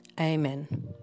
Amen